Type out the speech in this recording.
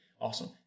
Awesome